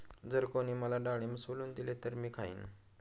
जर कोणी मला डाळिंब सोलून दिले तर मी खाईन